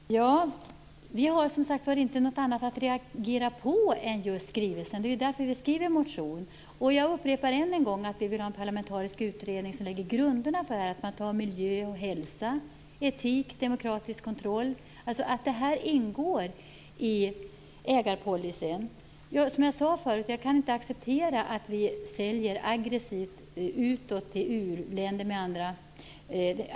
Fru talman! Vi har, som sagt var, inte något annat att reagera på än just skrivelsen, och det är därför vi väcker en motion. Jag upprepar att vi vill ha en parlamentarisk utredning, som lägger grunderna och där man tar upp miljö, hälsa, etik och demokratisk kontroll, så att detta ingår i ägarpolicyn. Som jag sade förut kan jag inte acceptera att vi säljer aggressivt till u-länder, t.ex.